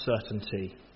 certainty